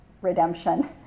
redemption